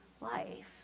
life